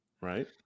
Right